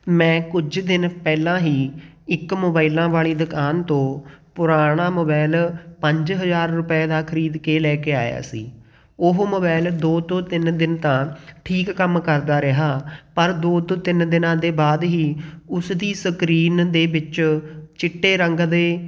ਮੈਂ ਕੁਝ ਦਿਨ ਪਹਿਲਾਂ ਹੀ ਇੱਕ ਮੋਬਾਈਲਾਂ ਵਾਲੀ ਦੁਕਾਨ ਤੋਂ ਪੁਰਾਣਾ ਮੋਬਾਇਲ ਪੰਜ ਹਜ਼ਾਰ ਰੁਪਏ ਦਾ ਖਰੀਦ ਕੇ ਲੈ ਕੇ ਆਇਆ ਸੀ ਉਹ ਮੋਬਾਇਲ ਦੋ ਤੋਂ ਤਿੰਨ ਦਿਨ ਤਾਂ ਠੀਕ ਕੰਮ ਕਰਦਾ ਰਿਹਾ ਪਰ ਦੋ ਤੋਂ ਤਿੰਨ ਦਿਨਾਂ ਦੇ ਬਾਅਦ ਹੀ ਉਸ ਦੀ ਸਕਰੀਨ ਦੇ ਵਿੱਚ ਚਿੱਟੇ ਰੰਗ ਦੇ